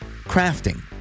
crafting